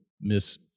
miss